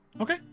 Okay